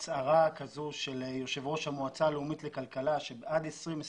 הצהרה כזו של יושב ראש המועצה הלאומית לכלכלה שעד 2025